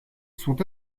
sont